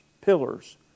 pillars